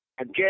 Again